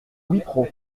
wipro